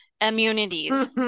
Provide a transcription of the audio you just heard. immunities